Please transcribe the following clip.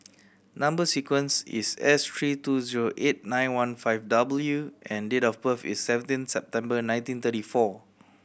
number sequence is S three two zero eight nine one five W and date of birth is seventeen September nineteen thirty four